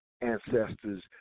ancestors